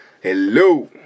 Hello